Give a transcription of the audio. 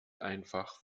einfach